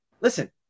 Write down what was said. Listen